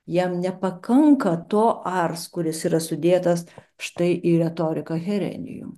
jam nepakanka to ars kuris yra sudėtas štai į retorika herenijum